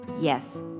Yes